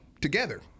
together